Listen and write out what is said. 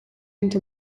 into